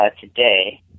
today